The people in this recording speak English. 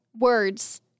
words